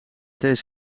crt